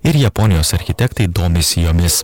ir japonijos architektai domisi jomis